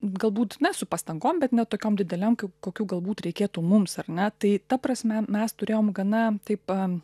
galbūt ne su pastangom bet ne tokiom didelėm kokių galbūt reikėtų mums ar ne tai ta prasme mes turėjom gana taip